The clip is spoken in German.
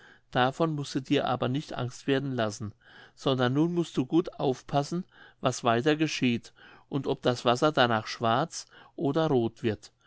davon mußt du dir aber nicht angst werden lassen sondern nun mußt du gut aufpassen was weiter geschieht und ob das wasser danach schwarz oder roth wird